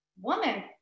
woman